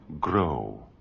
grow